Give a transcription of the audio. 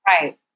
Right